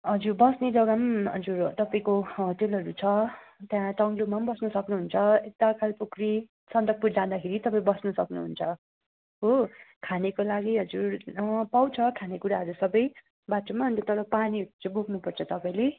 हजुर बस्ने जग्गा पनि हजुर तपाईँको होटलहरू छ त्यहाँ टङ्ग्लुमा पनि बस्नु सक्नुहुन्छ यता कालपोखरी सन्दकपुर जाँदाखेरि तपाईँ बस्नु सक्नुहुन्छ हो खानेको लागि हजुर पाउँछ खानेकुराहरू सबै बाटोमा अन्त तर पानीहरू चाहिँ बोक्नुपर्छ तपाईँले